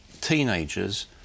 teenagers